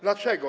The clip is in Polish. Dlaczego?